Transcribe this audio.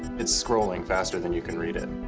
it's scrolling faster than you can read it.